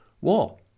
wall